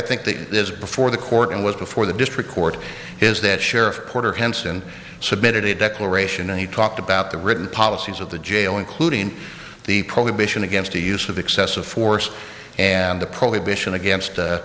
think that is before the court and was before the district court is that sheriff porter henson submitted a declaration and he talked about the written policies of the jail including the prohibition against the use of excessive force and the prohibition against